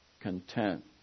content